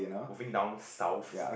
moving down south